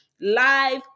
live